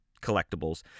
collectibles